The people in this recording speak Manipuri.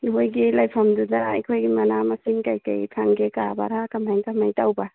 ꯅꯣꯏꯒꯤ ꯂꯩꯐꯝꯗꯨꯗ ꯑꯩꯈꯣꯏꯒꯤ ꯃꯅꯥ ꯃꯁꯤꯡ ꯀꯩꯀꯩ ꯐꯪꯒꯦ ꯀꯥ ꯕꯔꯥ ꯀꯃꯥꯏꯅ ꯀꯃꯥꯏꯅ ꯇꯧꯕ